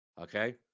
Okay